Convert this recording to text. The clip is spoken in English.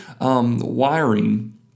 wiring